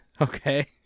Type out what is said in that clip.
Okay